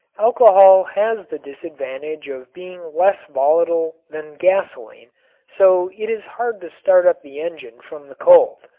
alcohol has the disadvantage of being less volatile than gasoline so it is hard to start up the engine from the cold.